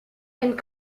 and